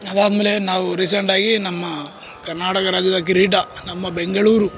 ಅದಾದಮೇಲೆ ನಾವು ರೀಸೆಂಟಾಗಿ ನಮ್ಮ ಕರ್ನಾಟಕ ರಾಜ್ಯದ ಕಿರೀಟ ನಮ್ಮ ಬೆಂಗಳೂರು